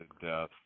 death